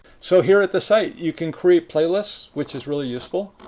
so here at the site you can create playlists, which is really useful.